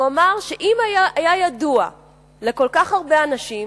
הוא אמר שאם היה ידוע לכל כך הרבה אנשים,